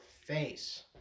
face